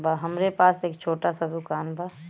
हमरे पास एक छोट स दुकान बा